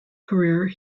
career